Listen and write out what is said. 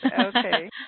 Okay